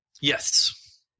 Yes